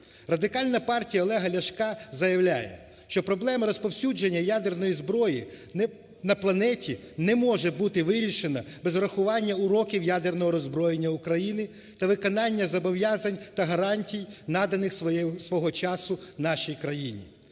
Радикальна партія Олега Ляшка заявляє, що проблема розповсюдження ядерної зброї на планеті не може бути вирішена без урахування уроків ядерного роззброєння України та виконання зобов'язань та гарантій, наданих свого часу нашій країні.